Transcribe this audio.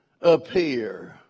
appear